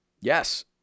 Yes